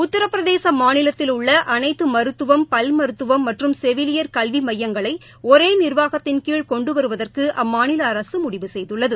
உத்தரபிரதேசமாநிலத்திலுள்ளஅனைத்துமருத்துவம் மற்றும் செவிலியர் கல்விமையங்களைஒரேநிர்வாகத்தின் கீழ் கொண்டுவருவதற்குஅம்மாநிலஅரசுமுடிவு செய்துள்ளது